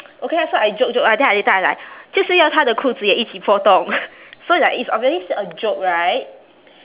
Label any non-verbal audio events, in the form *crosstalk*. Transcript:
*noise* okay lah so I joke joke ah then later I like 就是要她的裤子也一起破洞 so like it's obviously s~ a joke right